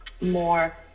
more